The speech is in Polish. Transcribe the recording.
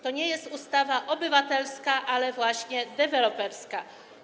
To nie jest ustawa obywatelska, ale właśnie deweloperska.